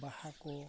ᱵᱟᱦᱟ ᱠᱚ